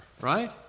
right